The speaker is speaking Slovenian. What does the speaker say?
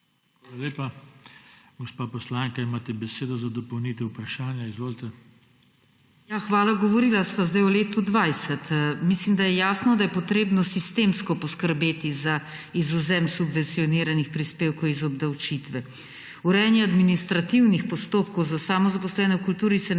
Hvala lepa. Gospa poslanka, imate besedo za dopolnitev vprašanja. Izvolite. VIOLETA TOMIĆ (PS Levica): Hvala. Govorila sva zdaj o letu 2020. Mislim, da je jasno, da je potrebno sistemsko poskrbeti za izvzem subvencioniranih prispevkov iz obdavčitve. Urejanje administrativnih postopkov za samozaposlene v kulturi se ne